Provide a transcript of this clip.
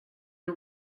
nhw